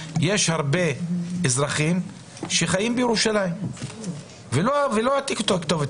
הרבה אזרחים שחיים בירושלים אבל הכתובת